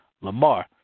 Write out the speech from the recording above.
Lamar